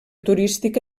turística